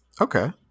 Okay